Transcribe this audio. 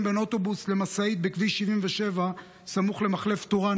בין אוטובוס למשאית בכביש 77 סמוך למחלף טורעאן.